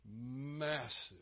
massive